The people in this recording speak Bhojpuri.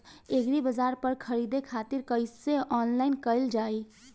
एग्रीबाजार पर खरीदे खातिर कइसे ऑनलाइन कइल जाए?